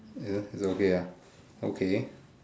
ya okay ah okay